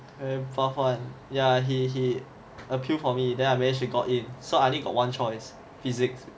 and far~ yeah he he appealed for me then I managed and got it so I only got one choice physics